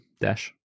Dash